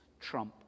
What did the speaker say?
trump